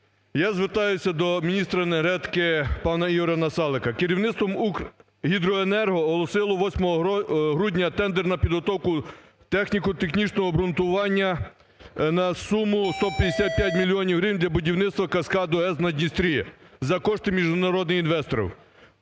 Я звертаюся до міністра енергетики пана Ігоря Насалика. Керівництво "Укргідроенерго" оголосило 8 грудня тендер на підготовку техніко-технічного обґрунтування на суму 155 мільйонів гривень для будівництва каскаду ГЕС на Дністрі за кошти міжнародних інвесторів.